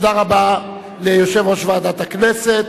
תודה רבה ליושב-ראש ועדת הכנסת.